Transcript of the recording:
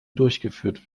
durchgeführt